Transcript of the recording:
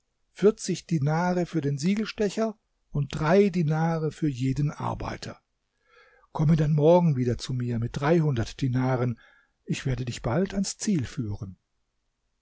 vierzig dinare für den siegelstecher und drei dinare für jeden arbeiter komme dann morgen wieder zu mir mit dreihundert dinaren ich werde dich bald ans ziel führen